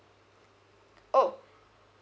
oh